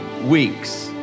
weeks